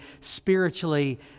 spiritually